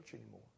anymore